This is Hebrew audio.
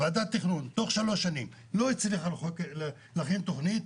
ועדת התכנון תוך שלוש שנים לא הצליחה להכין תכנית,